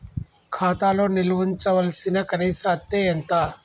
ఖాతా లో నిల్వుంచవలసిన కనీస అత్తే ఎంత?